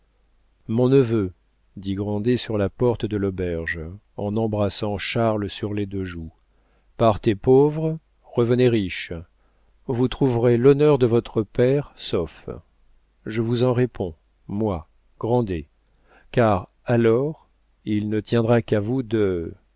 mon neveu dit grandet sous la porte de l'auberge en embrassant charles sur les deux joues partez pauvre revenez riche vous trouverez l'honneur de votre père sauf je vous en réponds moi grandet car alors il ne tiendra qu'à vous de